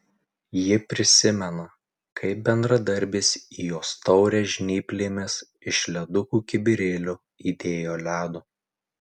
ji prisimena kaip bendradarbis į jos taurę žnyplėmis iš ledukų kibirėlio įdėjo ledo